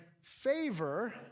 favor